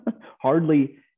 hardly